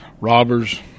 robbers